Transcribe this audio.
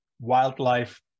Wildlife